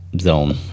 zone